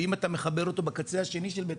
ואם אתה מחבר אותו בקצה השני של בית